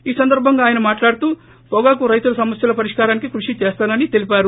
ఈ సందర్బంగా ఆయన మాట్లాడుతూ వొగాకు రైతుల సమస్యల పరిష్కారానికి కృషి చేస్తాసని తెలిపారు